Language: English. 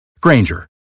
Granger